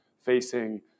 facing